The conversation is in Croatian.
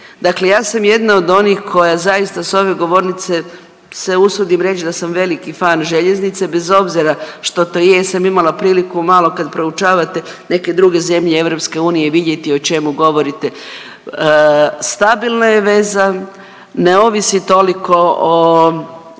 Dakle, ja sam jedna od onih koja zaista sa ove govornice se usudim reći da sam veliki fan željeznice bez obzira što to jesam imala priliku malo kad proučavate neke druge zemlje EU vidjeti o čemu govorite. Stabilna je veza, ne ovisi toliko o